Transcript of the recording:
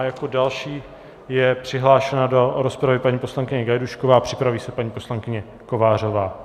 Jako další je přihlášena do rozpravy paní poslankyně Gajdůšková, připraví se paní poslankyně Kovářová.